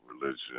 religion